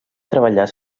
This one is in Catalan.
treballar